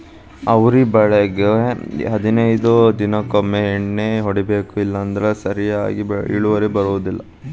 ಅವ್ರಿ ಬಳ್ಳಿಗು ಹದನೈದ ದಿನಕೊಮ್ಮೆ ಎಣ್ಣಿ ಹೊಡಿಬೇಕ ಇಲ್ಲಂದ್ರ ಸರಿಯಾಗಿ ಇಳುವರಿ ಬರುದಿಲ್ಲಾ